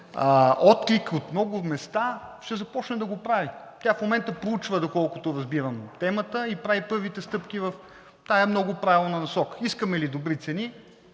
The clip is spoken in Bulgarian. отклик от много места, ще започне да го прави. Тя в момента проучва, доколкото разбирам, темата и прави първите стъпки в тази много правилна насока. Искаме ли добри цени